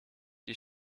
die